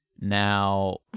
Now